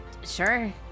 Sure